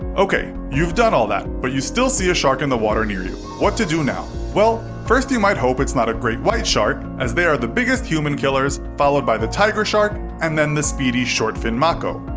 ok, you've done all that, but you still see a shark in the water near you. what to do now? well, first you might hope it's not a great white shark, as they are the biggest human killers, followed by the tiger shark and the speedy shortfin mako.